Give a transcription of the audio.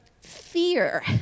fear